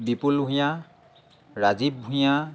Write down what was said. Bipul Bhuyan Rajiv Bhuyan